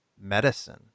medicine